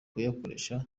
kuyakoresha